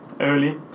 early